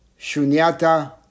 shunyata